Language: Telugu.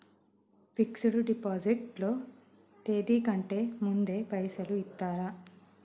ఫిక్స్ డ్ డిపాజిట్ లో తేది కంటే ముందే పైసలు ఇత్తరా?